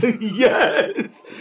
Yes